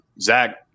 zach